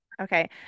Okay